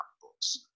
books